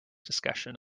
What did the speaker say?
discussion